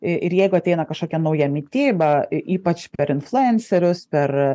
ir jeigu ateina kažkokia nauja mityba ypač per influencerius per